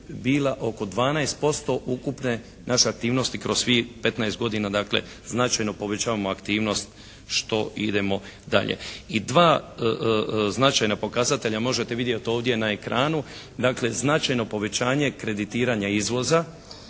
bila oko 12% ukupne naše aktivnost kroz svih 15 godina, dakle značajno povećavamo aktivnost što idemo dalje. I dva značajna pokazatelja možete vidjeti ovdje na ekranu. Dakle značajno povećanje kreditiranja izvoza